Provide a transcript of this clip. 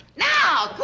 now!